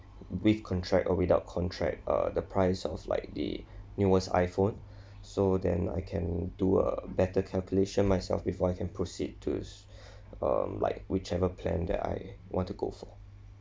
with contract or without contract uh the price of like the newest i phone so then I can do a better calculation myself before I can proceed to um like whichever plan that I want to go for